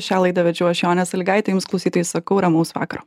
šią laidą vedžiau aš jonė salygaitė jums klausytojai sakau ramaus vakaro